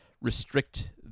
restrict